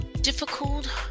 difficult